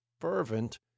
fervent